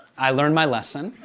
i learned my lesson.